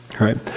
right